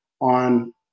on